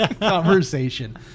conversation